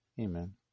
Amen